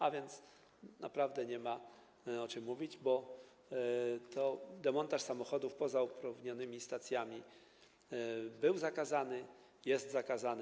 A więc naprawdę nie ma o czym mówić, bo demontaż samochodów poza uprawnionymi stacjami był zakazany, jest zakazany.